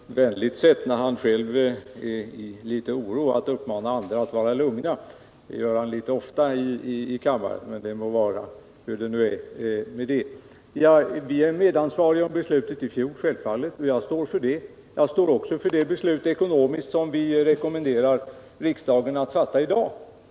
Herr talman! Herr Turesson har — när han själv är i litet oro — ett vänligt sätt att uppmana andra att vara lugna. Det gör han ofta i kammaren. Vi är självfallet medansvariga för beslutet i fjol. Jag står för det. Jag står också för det ekonomiska beslut som vi rekommenderar riksdagen att fatta i dag.